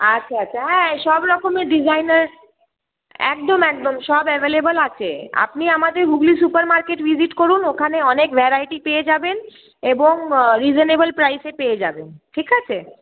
আচ্ছা আচ্ছা হ্যাঁ সব রকমের ডিজাইনার একদম একদম সব অ্যাভেলেবেল আছে আপনি আমাদের হুগলি সুপারমার্কেট ভিজিট করুন ওখানে অনেক ভ্যারাইটি পেয়ে যাবেন এবং রিজেনেবেল প্রাইসে পেয়ে যাবেন ঠিক আছে